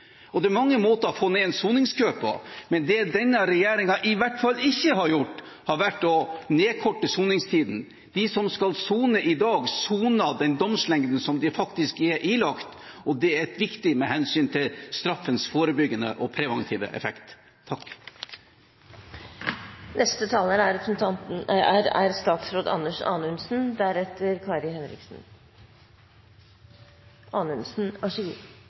Det er mange måter å få ned en soningskø på, men det denne regjeringen i hvert fall ikke har gjort, er å nedkorte soningstiden. De som skal sone i dag, soner den domslengden som de faktisk er ilagt, og det er viktig med hensyn til straffens forebyggende, preventive, effekt. Uavhengig av høyde, mørkhet, patos osv. vil jeg si at jeg er enig i representanten